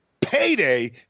payday